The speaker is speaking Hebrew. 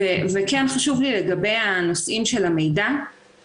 אני אזרחית שומרת חוק ולצערי נקלעתי לסיטואציה המאוד לא נעימה הזו.